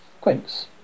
quince